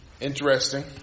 Interesting